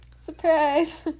surprise